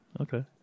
Okay